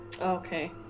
Okay